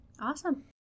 Awesome